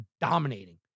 dominating